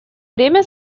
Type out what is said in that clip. время